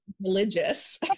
religious